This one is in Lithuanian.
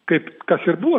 kaip kas ir buvo